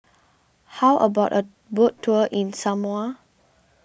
how about a boat tour in Samoa